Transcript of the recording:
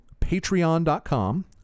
patreon.com